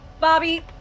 Bobby